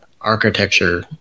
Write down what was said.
architecture